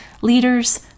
leaders